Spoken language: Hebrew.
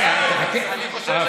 אני חושב שבכספים יש,